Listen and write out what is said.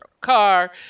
car